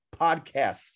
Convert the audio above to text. podcast